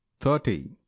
Thirty